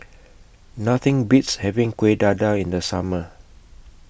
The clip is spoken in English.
Nothing Beats having Kueh Dadar in The Summer